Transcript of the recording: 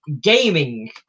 gaming